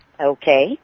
Okay